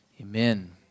amen